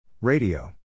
Radio